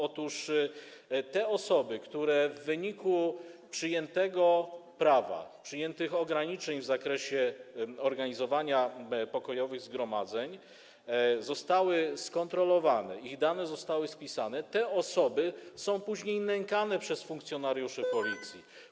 Otóż te osoby, które w wyniku przyjętego prawa, przyjętych ograniczeń w zakresie organizowania pokojowych zgromadzeń zostały skontrolowane i których dane zostały spisane, są później nękane przez funkcjonariuszy Policji.